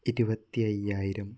ഇരുപത്തി അയ്യായിരം